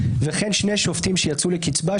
וכן שני שופטים שיצאו לקיצבה,